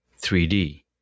3D